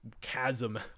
chasm